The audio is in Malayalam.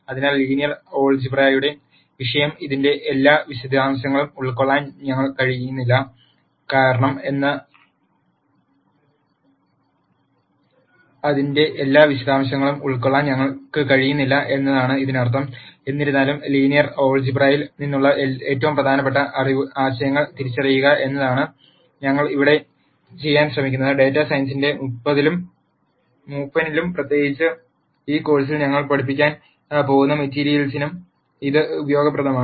അതിനാൽ ലീനിയർ ആൾജിബ്രയുടെ വിഷയം അതിന്റെ എല്ലാ വിശദാംശങ്ങളിലും ഉൾക്കൊള്ളാൻ ഞങ്ങൾക്ക് കഴിയില്ല എന്നാണ് ഇതിനർത്ഥം എന്നിരുന്നാലും ലീനിയർ ആൾജിബ്രയിൽ നിന്നുള്ള ഏറ്റവും പ്രധാനപ്പെട്ട ആശയങ്ങൾ തിരിച്ചറിയുക എന്നതാണ് ഞങ്ങൾ ഇവിടെ ചെയ്യാൻ ശ്രമിച്ചത് ഡാറ്റാ സയൻസിന്റെ മൂപ്പനിലും പ്രത്യേകിച്ചും ഈ കോഴ് സിൽ ഞങ്ങൾ പഠിപ്പിക്കാൻ പോകുന്ന മെറ്റീരിയലിനും ഇത് ഉപയോഗപ്രദമാണ്